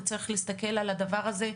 וצריך להסתכל לדבר הזה בעיניים,